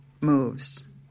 moves